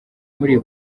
muri